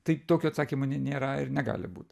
tai tokio atsakymo ne nėra ir negali būt